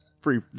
free